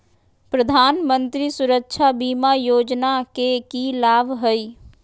प्रधानमंत्री सुरक्षा बीमा योजना के की लाभ हई?